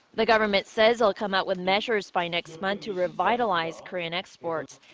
the government says it'll come up with measures by next month to revitalize korean exports.